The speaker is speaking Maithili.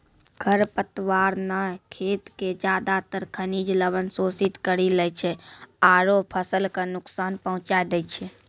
खर पतवार न खेत के ज्यादातर खनिज लवण शोषित करी लै छै आरो फसल कॅ नुकसान पहुँचाय दै छै